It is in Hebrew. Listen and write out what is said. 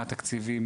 מה התקציבים,